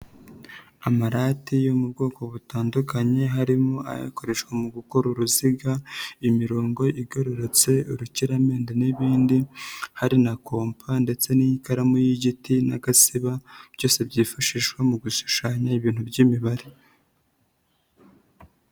Amarate yo mu bwoko butandukanye harimo ayakoreshwa mu gukora uruziga,, imirongo igororotse urukiramende n'ibindi, hari na kompa ndetse n'iyikaramu y'igiti n'agasiba, byose byifashishwa mu gushushanya ibintu by'imibare.